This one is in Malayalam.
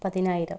പതിനായിരം